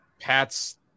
Pat's